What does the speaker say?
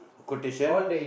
quotation